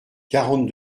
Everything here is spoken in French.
quarante